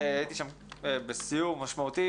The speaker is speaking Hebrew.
הייתי שם בסיור משמעותי